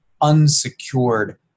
unsecured